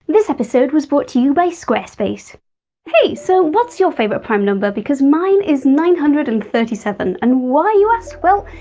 this episode was brought to you by squarespace hey, so what's your favourite prime number because mine is nine hundred and thirty seven! and why you ask? well,